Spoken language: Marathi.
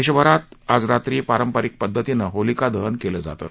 देशभरात आज रात्री पारंपारिक पद्धतीनं होलिका दहन केलं जातं